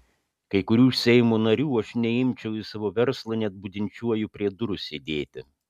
kai kurių seimo narių aš neimčiau į savo verslą net budinčiuoju prie durų sėdėti